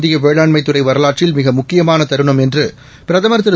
இந்தியவேளாண்மைத்துறைவரலாற்றில்மிகமுக்கியமானதரு ணம்என்றுபிரதமர்திரு